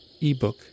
ebook